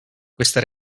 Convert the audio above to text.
questa